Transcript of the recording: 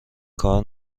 کار